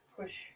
push